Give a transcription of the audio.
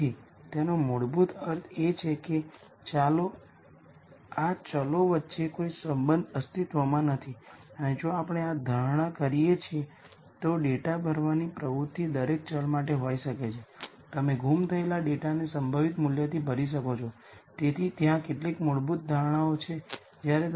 તેથી તેનો મૂળભૂત અર્થ એ છે કે ν જે આઇગન વૅલ્યુઝને અનુરૂપ સમાન આઇગન વેક્ટર છે λ 0 એ એક નલ સ્પેસ વેક્ટર છે કારણ કે તે અહીં જે ફોર્મ છે તે જ છે